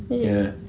yeah.